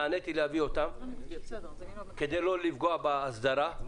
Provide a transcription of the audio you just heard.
נעניתי להביא אותן כדי לא לפגוע בהסדרה,